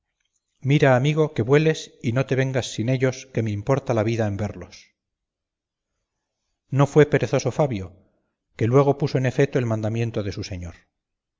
mira amigo que vueles y no te vengas sin ellos que me importa la vida el verlos no fue perezoso fabio que luego puso en efeto el mandamiento de su señor